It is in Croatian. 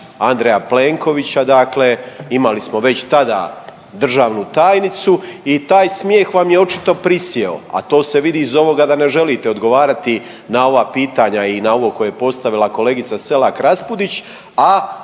Andreja Plenkovića, dakle imali smo već tada državnu tajnicu i taj smijeh vam je očito prisjeo, a to se vidi iz ovoga da ne želite odgovarati na ova pitanja i na ovo koje je postavila kolegica Selak Raspudić, a